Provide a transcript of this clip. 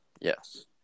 Yes